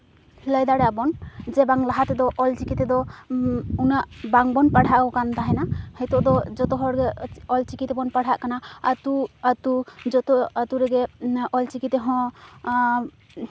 ᱞᱟᱹᱭ ᱫᱟᱲᱮᱭᱟᱜᱼᱟ ᱵᱚᱱ ᱞᱟᱦᱟ ᱛᱮᱫᱚ ᱚᱞ ᱪᱤᱠᱤ ᱛᱮᱫᱚ ᱩᱱᱟᱹᱜ ᱵᱟᱝ ᱵᱚᱱ ᱯᱟᱲᱦᱟᱣ ᱟᱠᱟᱱ ᱛᱟᱦᱮᱸᱜ ᱦᱤᱛᱚᱜ ᱡᱚᱛᱚ ᱦᱚᱲᱜᱮ ᱚᱞ ᱪᱤᱠᱤ ᱛᱮᱵᱚᱱ ᱯᱟᱲᱦᱟᱜ ᱠᱟᱱᱟ ᱟᱛᱳ ᱟᱛᱳ ᱡᱚᱛᱚ ᱟᱛᱳ ᱨᱮᱜᱮ ᱚᱞ ᱪᱤᱠᱤ ᱛᱮᱦᱚᱸ